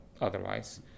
otherwise